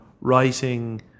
writing